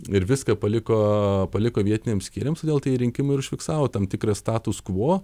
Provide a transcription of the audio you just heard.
ir viską paliko paliko vietiniams skyriams todėl tai rinkimai ir užfiksavo tam tikrą status kvo